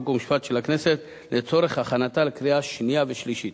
חוק ומשפט של הכנסת לצורך הכנתה לקריאה שנייה ושלישית.